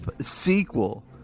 sequel